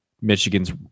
Michigan's